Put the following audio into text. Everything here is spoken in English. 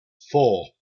four